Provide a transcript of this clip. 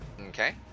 Okay